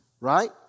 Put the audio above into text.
right